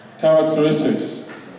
characteristics